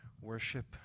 worship